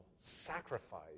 sacrifice